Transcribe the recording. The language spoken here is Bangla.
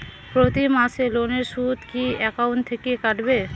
প্রতি মাসে লোনের সুদ কি একাউন্ট থেকে কাটবে?